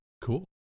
Cool